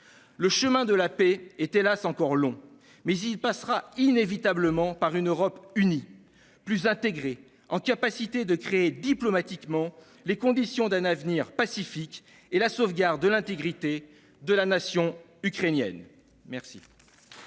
Le chemin de la paix est, hélas !, encore long, mais il passera inévitablement par une Europe unie, plus intégrée, capable de créer par la voie diplomatique les conditions d'un avenir pacifique et la sauvegarde de l'intégrité de la nation ukrainienne.